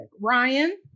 Ryan